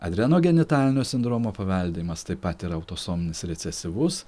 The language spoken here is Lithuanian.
adrenogenitalinio sindromo paveldėjimas taip pat yra autosominis recesyvus